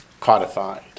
codified